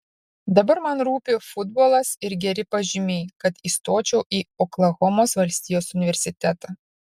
dabar man rūpi futbolas ir geri pažymiai kad įstočiau į oklahomos valstijos universitetą